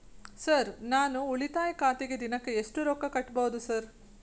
Sir ನಾನು ಉಳಿತಾಯ ಖಾತೆಗೆ ದಿನಕ್ಕ ಎಷ್ಟು ರೊಕ್ಕಾ ಕಟ್ಟುಬಹುದು ಸರ್?